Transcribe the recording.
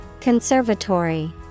Conservatory